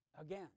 again